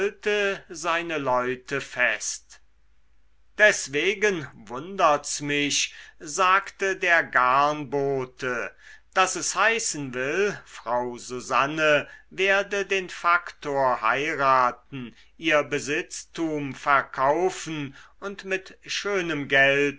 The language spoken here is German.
seine leute fest deswegen wundert's mich sagte der garnbote daß es heißen will frau susanne werde den faktor heiraten ihr besitztum verkaufen und mit schönem geld